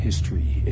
History